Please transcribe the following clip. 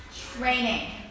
training